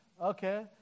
Okay